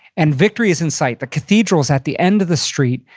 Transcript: and victory is in sight. the cathedral's at the end of the street.